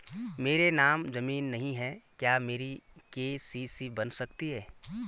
मेरे नाम ज़मीन नहीं है क्या मेरी के.सी.सी बन सकती है?